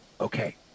okay